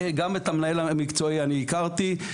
גם את המנהל המקצועי אני הכרתי,